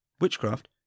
witchcraft